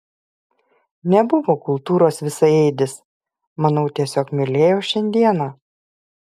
nebuvo kultūros visaėdis manau tiesiog mylėjo šiandieną